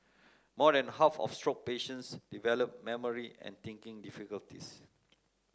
more than half of stroke patients develop memory and thinking difficulties